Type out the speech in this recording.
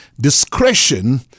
Discretion